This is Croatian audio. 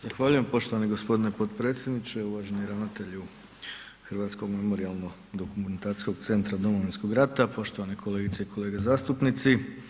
Zahvaljujem poštovani g. potpredsjedniče, uvaženi ravnatelju Hrvatskog memorijalnog dokumentacijskog centra Domovinskog rata, poštovane kolegice i kolege zastupnici.